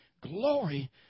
Glory